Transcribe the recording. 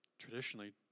Traditionally